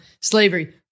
slavery